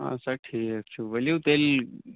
اَسا ٹھیٖک چھُو ؤلِو تیٚلہِ